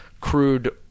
crude